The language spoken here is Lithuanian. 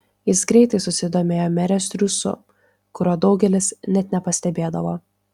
jis greitai susidomėjo merės triūsu kurio daugelis net nepastebėdavo